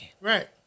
Right